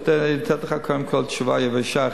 אתן לך קודם כול תשובה יבשה,